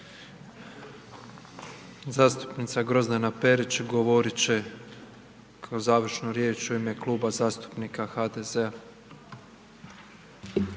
Zastupnica Grozdana Perić govorit će kao završnu riječ u ime Kluba zastupnika HDZ-a.